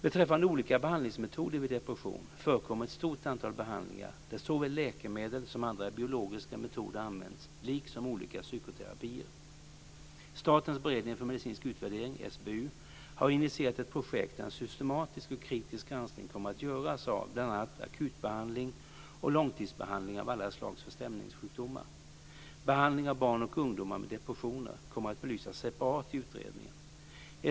Beträffande olika behandlingsmetoder vid depression förekommer ett stort antal behandlingar där såväl läkemedel som andra biologiska metoder används, liksom olika psykoterapier. Statens beredning för medicinsk utvärdering, SBU, har initierat ett projekt där en systematisk och kritisk granskning kommer att göras av bl.a. akutbehandling och långtidsbehandling av alla slags förstämningssjukdomar. Behandling av barn och ungdomar med depressioner kommer att belysas separat i utredningen.